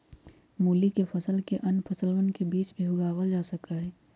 मूली के फसल के अन्य फसलवन के बीच भी उगावल जा सका हई